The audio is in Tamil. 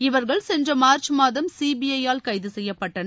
இவர்கள் சென்ற மார்ச் மாதம் சிபிஐ யால் கைது செய்யப்பட்டனர்